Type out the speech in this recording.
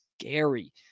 scary